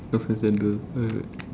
socks and sandal